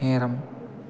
நேரம்